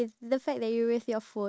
how about you